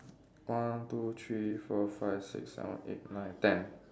one two three four five six seven eight nine ten